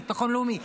לביטחון לאומי,